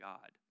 God